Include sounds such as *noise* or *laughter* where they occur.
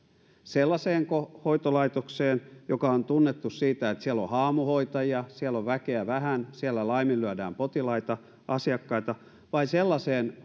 sellaiseenko hoitolaitokseen joka on tunnettu siitä että siellä on haamuhoitajia siellä on väkeä vähän siellä laiminlyödään potilaita asiakkaita vai sellaiseen *unintelligible*